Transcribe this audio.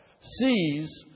sees